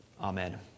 amen